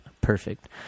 Perfect